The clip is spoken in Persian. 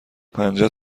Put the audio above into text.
پنجه